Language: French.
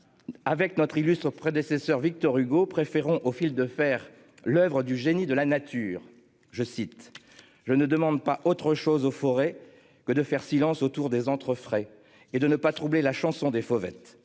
Avec notre illustres prédécesseurs Victor Hugo préférons au fil de fer Le Havre du génie de la nature je cite je ne demande pas autre chose aux forêts que de faire silence autour des entre frais et de ne pas troubler la chanson des Fauvettes je